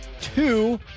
two